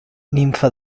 nimfa